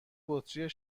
بطری